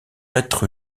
être